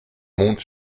monte